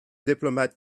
diplomat